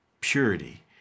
purity